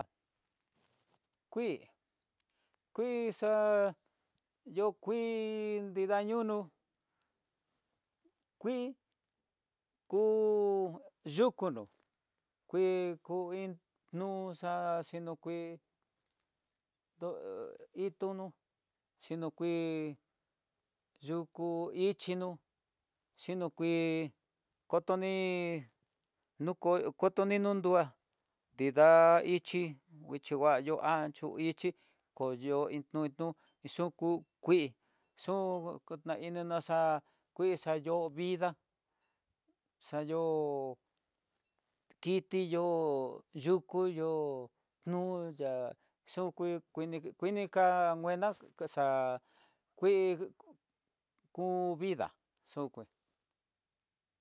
Kuí, kuíxa yo kuí nrida nroño kui ku xhuyunó kui ku iin nuxaxhí, no kuí no ituno xhinokui yuku ichino xhinokui kotoní nuko kotoni nunrueá, chí nguixhi nguayo anyo ichi koyo iin ñunu yukú kuí xu kuta ininá xa'á kuixa yo'ó vida xayo'ó kiti yo'ó yukú yo'o no xa'á xuyu kuini kuini nguena kaxa'á kui ku vida xungue.